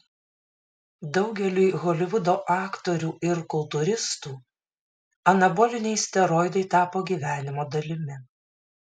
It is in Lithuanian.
daugeliui holivudo aktorių ir kultūristų anaboliniai steroidai tapo gyvenimo dalimi